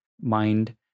mind